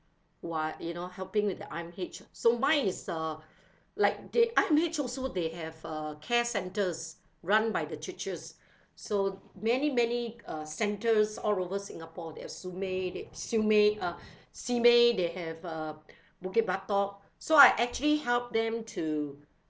who are you know helping with the I_M_H so mine is uh like they I_M_H also they have uh care centres run by the churches so many many uh centres all over singapore they have siew mei they siew mei uh simei they have uh bukit batok so I actually help them to